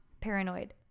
paranoid